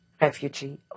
Refugee